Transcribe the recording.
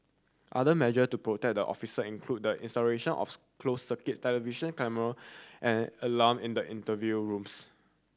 other measure to protect the officer include the installation of closed circuit television camera and alarm in the interview rooms